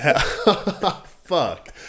fuck